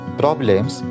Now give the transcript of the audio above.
problems